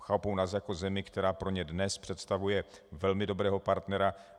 Chápou nás jako zemi, která pro ně dnes představuje velmi dobrého partnera.